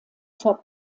top